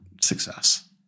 success